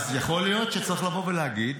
אז יכול להיות שצריך להגיד: